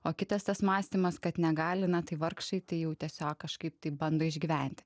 o kitas tas mąstymas kad negali na tai vargšai tai jau tiesiog kažkaip tai bando išgyventi